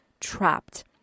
trapped